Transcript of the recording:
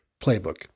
Playbook